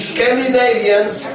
Scandinavians